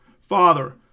Father